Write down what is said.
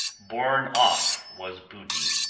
borne off was booty.